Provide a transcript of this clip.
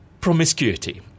promiscuity